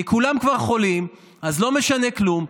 כי כולם כבר חולים, אז לא משנה כלום.